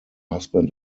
husband